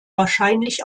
wahrscheinlich